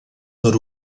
nord